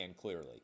clearly